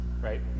right